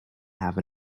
have